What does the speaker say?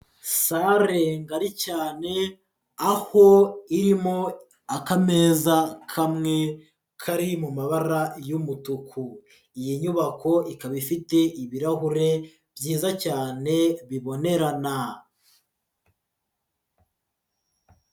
Sale ngari cyane aho irimo akameza kamwe kari mu mabara y'umutuku, iyi nyubako ikaba ifite ibirahure byiza cyane bibonerana.